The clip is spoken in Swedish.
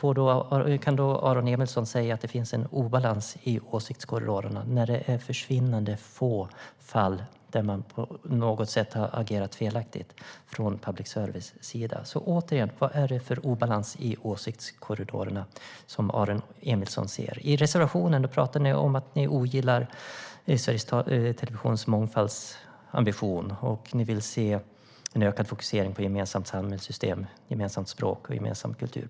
Hur kan då Aron Emilsson säga att det finns en obalans i åsiktskorridorerna när det är i försvinnande få fall som man på något sätt har agerat felaktigt från public services sida?I reservationen pratar ni om att ni ogillar Sveriges Televisions mångfaldsambition. Ni vill se en ökad fokusering på ett gemensamt samhällssystem, ett gemensamt språk och en gemensam kultur.